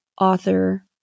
author